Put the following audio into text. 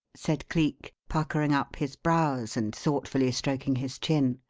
said cleek, puckering up his brows and thoughtfully stroking his chin.